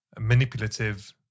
manipulative